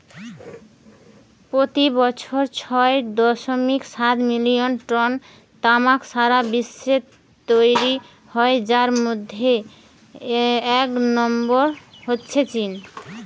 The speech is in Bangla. পোতি বছর ছয় দশমিক সাত মিলিয়ন টন তামাক সারা বিশ্বে তৈরি হয় যার মধ্যে এক নম্বরে আছে চীন